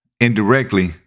indirectly